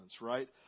right